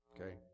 okay